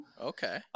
Okay